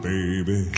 Baby